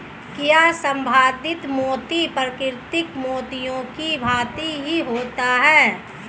क्या संवर्धित मोती प्राकृतिक मोतियों की भांति ही होता है?